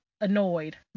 Annoyed